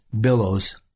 billows